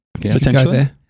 potentially